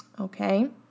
Okay